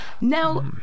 now